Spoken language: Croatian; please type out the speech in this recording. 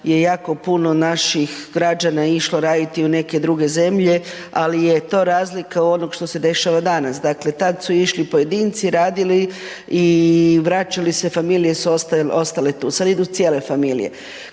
je jako puno naših građana išlo raditi u neke druge zemlje, ali je to razlika od onoga što se dešava danas. Dakle tada su išli pojedinci radili i vraćali se familije su ostale tu, sada idu cijele familije.